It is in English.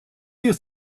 you